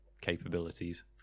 capabilities